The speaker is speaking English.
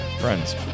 Friends